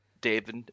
David